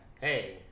hey